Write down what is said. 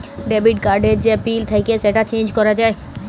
debit card এর যে pin থাক্যে সেটা চেঞ্জ ক্যরা যায়